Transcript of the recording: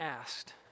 asked